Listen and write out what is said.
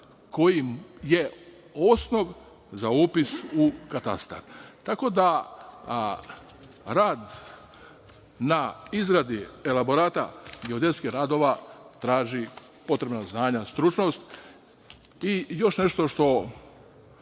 koji je osnov za upis u katastar. Tako da, rad na izradi elaborata geodetskih radova traži potrebna znanja, stručnost i još nešto što